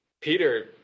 Peter